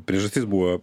priežastis buvo